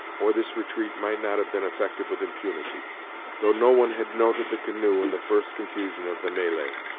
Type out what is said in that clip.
or this retreat might not have been effected with impunity though no one had noted the canoe in the first confusion of the melee.